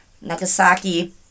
Nagasaki